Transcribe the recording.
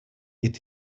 est